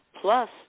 plus